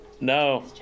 No